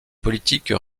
politiques